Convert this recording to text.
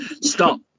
stop